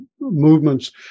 movements